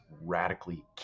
radically